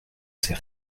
ses